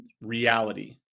reality